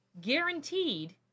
Guaranteed